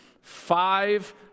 five